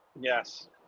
Yes